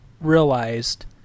realized